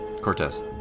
Cortez